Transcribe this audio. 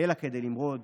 אלא כדי למרוד